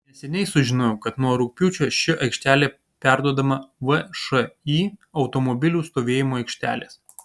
neseniai sužinojau kad nuo rugpjūčio ši aikštelė perduodama všį automobilių stovėjimo aikštelės